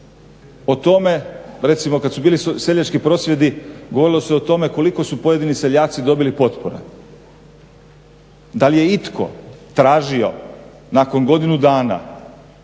o tome recimo kad su bili seljački prosvjedi govorilo se o tome koliko su pojedini seljaci dobili potpora. Da li je itko tražio nakon godinu dana